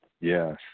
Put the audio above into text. Yes